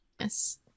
yes